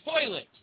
toilet